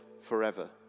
forever